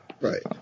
Right